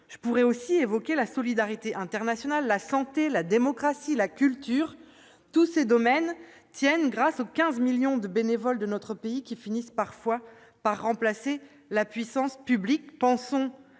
Je pourrai évoquer aussi la solidarité internationale, la santé, la démocratie, la culture : tous ces domaines tiennent grâce aux 15 millions de bénévoles de notre pays qui finissent parfois par remplacer la puissance publique. Pensons